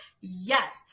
yes